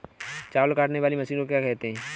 चावल काटने वाली मशीन को क्या कहते हैं?